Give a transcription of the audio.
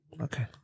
Okay